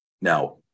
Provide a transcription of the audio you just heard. Now